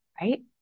right